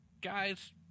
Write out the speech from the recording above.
Guys